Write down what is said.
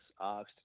asked